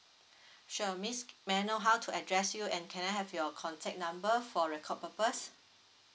sure miss may I know how to address you and can I have your contact number for record purpose